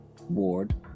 ward